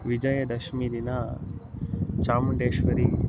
ವಿಜಯದಶಮಿ ದಿನ ಚಾಮುಂಡೇಶ್ವರಿ